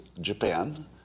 Japan